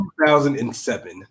2007